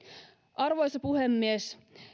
arvoisa puhemies